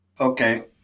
Okay